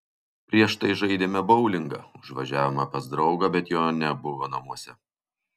prieš tai žaidėme boulingą užvažiavome pas draugą bet jo nebuvo namuose